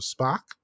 Spock